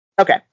Okay